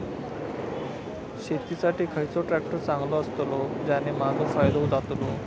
शेती साठी खयचो ट्रॅक्टर चांगलो अस्तलो ज्याने माजो फायदो जातलो?